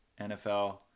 NFL